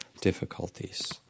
difficulties